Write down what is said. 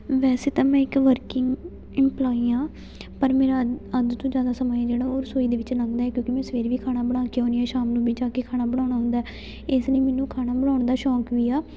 ਵੈਸੇ ਤਾਂ ਮੈਂ ਇੱਕ ਵਰਕਿੰਗ ਇੰਪਲੋਈ ਹਾਂ ਪਰ ਮੇਰਾ ਅੱਧ ਤੋਂ ਜ਼ਿਆਦਾ ਸਮਾਂ ਏ ਜਿਹੜਾ ਉਹ ਰਸੋਈ ਦੇ ਵਿੱਚ ਲੰਘਦਾ ਹੈ ਕਿਉਂਕਿ ਮੈਂ ਸਵੇਰੇ ਵੀ ਖਾਣਾ ਬਣਾ ਕੇ ਆਉਂਦੀ ਹਾਂ ਸ਼ਾਮ ਨੂੰ ਵੀ ਜਾ ਕੇ ਖਾਣਾ ਬਣਾਉਣਾ ਹੁੰਦਾ ਇਸ ਲਈ ਮੈਨੂੰ ਖਾਣਾ ਬਣਾਉਣ ਦਾ ਸ਼ੌਂਕ ਵੀ ਆ